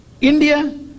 India